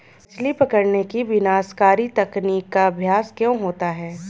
मछली पकड़ने की विनाशकारी तकनीक का अभ्यास क्यों होता है?